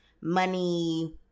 money